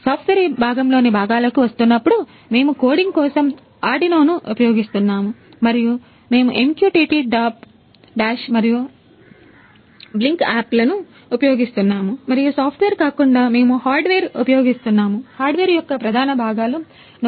software భాగంలోని భాగాలకు వస్తున్నప్పుడు మేము కోడింగ్ కోసం ఆర్డునో